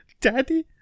Daddy